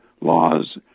laws